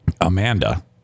amanda